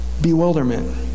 Bewilderment